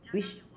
which